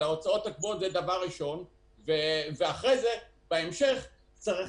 ההוצאות הקבועות זה דבר ראשון ובהמשך צריך